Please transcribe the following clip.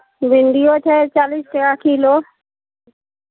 भिण्डिओ छै चालीस टाका किलो